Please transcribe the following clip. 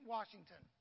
Washington